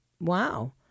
Wow